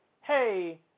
hey